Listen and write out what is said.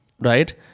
right